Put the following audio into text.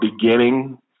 beginning